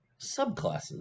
subclasses